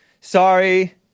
Sorry